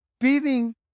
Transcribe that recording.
beating